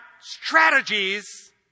strategies